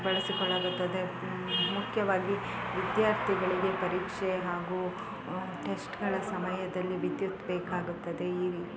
ಬಳಸಿಕೊಳ್ಳಲಾಗುತ್ತದೆ ಮುಖ್ಯವಾಗಿ ವಿದ್ಯಾರ್ಥಿಗಳಿಗೆ ಪರೀಕ್ಷೆ ಹಾಗು ಟೆಸ್ಟ್ಗಳ ಸಮಯದಲ್ಲಿ ವಿದ್ಯುತ್ ಬೇಕಾಗುತ್ತದೆ ಈ ರಿ